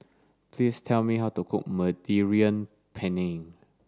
please tell me how to cook Mediterranean Penne